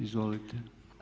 Izvolite.